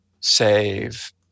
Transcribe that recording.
save